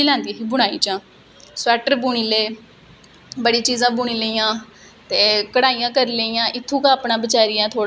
साढ़े कोल कोई चीज कोई समान नेई होवे कोई आर्ट करने लेई ड्राइंग करने लेई फिर ताहिंयै